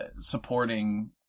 supporting